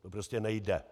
To prostě nejde.